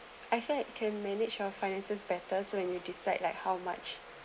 I felt can I manage your finances betters when you decide like how much